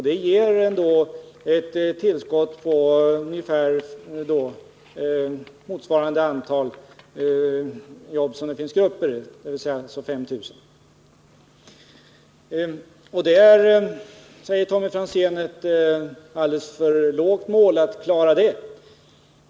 Det ger ett tillskott av motsvarande antal jobb som det finns grupper, dvs. ungefär 5 000. Det är, säger Tommy Franzén, ett alldeles för lågt mål.